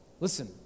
Listen